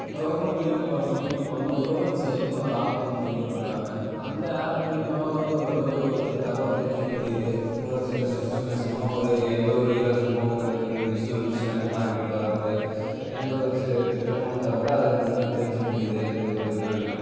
கவர்மெண்ட்லேருந்தே பார்த்தீங்கனாக்கா இப்போ வந்து உழவன் செயலினு ஒரு ஆப் ஒன்று வெளி விட்ருக்காங்க அந்த ஆப் மூலியமாக வந்து ஓரளவுக்கு ஒரு சில தகவல் தெரிஞ்சுக்க முடியுது ஒரு சில சிஸ்டமைஸமா ஒரு எந்த ஒரு இல்லை சும்மா ஒரு ஒரு விஷயம் வந்துச்சுனாக்கா மார்க்கெட்டில் வரது எந்த ஒரு சி திட்டமும் வந்தாக்கூட அது மூலியமாக தெரிஞ்சுக்க முடியுது எந்த ஒரு இதுனாலையும்